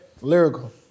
lyrical